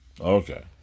Okay